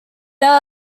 there